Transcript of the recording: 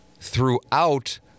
throughout